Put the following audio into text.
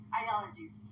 ideologies